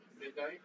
midnight